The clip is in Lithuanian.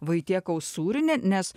vaitiekaus sūrinė nes